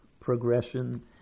progression